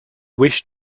wish